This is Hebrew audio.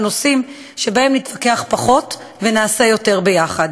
נושאים שבהם נתווכח פחות ונעשה יותר ביחד.